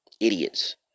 idiots